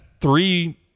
three